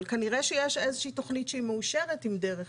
אבל כנראה שיש איזו שהיא תכנית שמאושרת עם דרך,